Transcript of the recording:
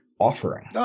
offering